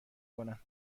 کنم